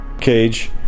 cage